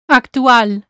actual